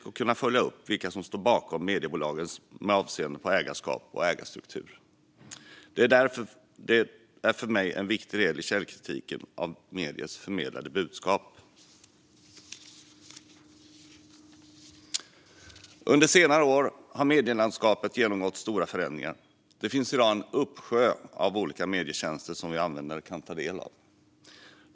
Jag vill kunna följa upp vilka som står bakom mediebolagen med avseende på ägarskap och ägarstruktur. Det är för mig en viktig del i källkritiken av mediers förmedlade budskap. Ökad insyn i ägandet av radio och tv-före-tag Under senare år har medielandskapet genomgått stora förändringar. Det finns i dag en uppsjö av olika medietjänster som vi användare kan ta del av.